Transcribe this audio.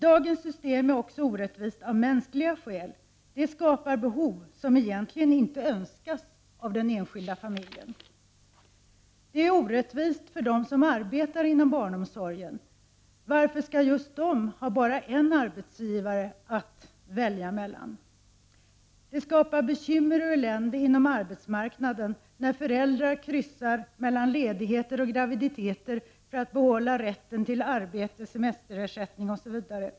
Dagens system är orättvist av mänskliga skäl: Det skapar behov av något som egentligen inte önskas av den enskilda familjen. Det är orättvist för dem som arbetar inom barnomsorgen. Varför skall just de bara ha en arbetsgivare att ”välja mellan”? Det skapar bekymmer och elände inom arbetsmarknaden när föräldrar kryssar mellan ledigheter och graviditeter för att behålla rätten till arbete, semesterersättning osv.